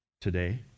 today